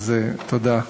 תודה,